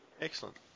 Excellent